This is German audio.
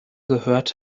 gehört